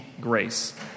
grace